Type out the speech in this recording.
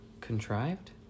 Contrived